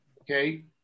okay